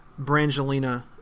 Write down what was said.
Brangelina